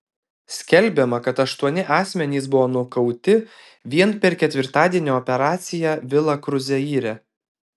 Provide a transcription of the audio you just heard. skelbiama kad aštuoni asmenys buvo nukauti vien per ketvirtadienio operaciją vila kruzeire